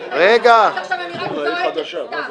עד עכשיו אני רק צועקת סתם.